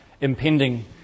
impending